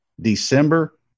December